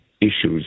issues